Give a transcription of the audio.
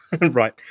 right